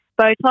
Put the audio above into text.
Botox